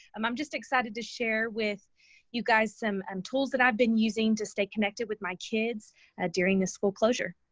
um i'm just excited to share with you guys some um tools that i've been using to stay connected with my kids during the school closure.